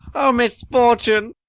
o, misfortune!